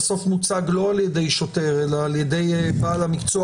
בעל מקצוע